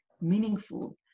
meaningful